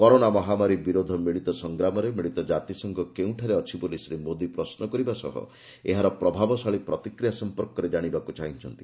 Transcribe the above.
corona ମହାମାରୀ ବିରୋଧ ମିଳିତ ସଂଗ୍ରାମରେ ମିଳିତ କାତିସଂଘ କେଉଁଠାରେ ଅଛି ବୋଲି ଶ୍ରୀ ମୋଦୀ ପ୍ରଶ୍ନ କରିବା ସହ ଏହାର ପ୍ରଭାବଶାଳୀ ପ୍ରତିକ୍ରିୟା ସମ୍ପର୍କରେ ଜାଶିବାକୁ ଚାହିଁଛନ୍ତି